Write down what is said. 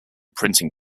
printing